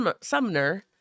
Sumner